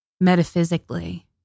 metaphysically